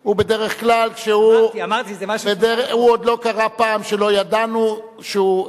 הוא בדרך כלל, עוד לא קרה פעם שידענו שהוא,